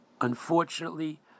unfortunately